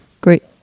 Great